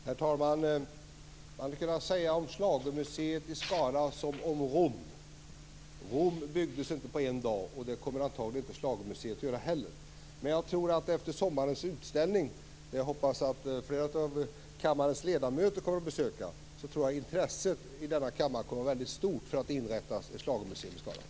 Herr talman! Man skulle kunna säga om schlagermuseet i Skara som om Rom. Rom byggdes inte på en dag, och det kommer antagligen inte schlagermuseet att göra heller. Men jag tror att efter sommarens utställning, som jag hoppas att flera av kammarens ledamöter kommer att besöka, så kommer intresset i denna kammare för att inrätta ett schlagermuseum i Skara att vara väldigt stort.